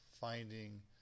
finding